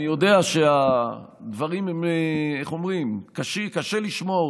אני יודע שהדברים הם, איך אומרים, קשה לשמוע אותם.